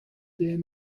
their